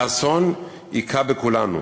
האסון הכה בכולנו,